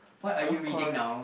of course